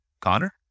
Connor